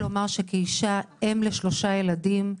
כאישה, אם לשלושה ילדים,